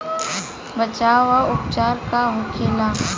बचाव व उपचार का होखेला?